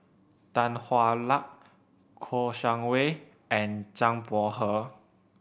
Tan Hwa Luck Kouo Shang Wei and Zhang Bohe